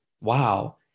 wow